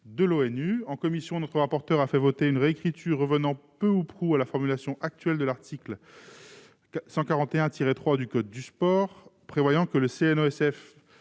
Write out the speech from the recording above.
de l'ONU. En commission, notre rapporteur a fait voter une réécriture qui revient peu ou prou à la formulation actuelle de l'article L. 141-3 du code du sport. L'ajout du terme